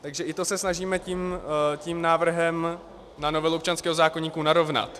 Takže i to se snažíme tím návrhem na novelu občanského zákoníku narovnat.